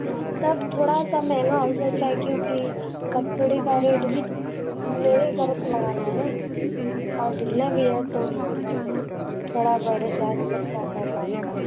हाँ तब थोड़ा सा महंगा हो सकता है क्यूँकि कपड़े का रेट भी मेरे तरफ़ से लगाना है ना और सिलना भी है तो थोड़ा बढ़ जा सकता है पैसा आपका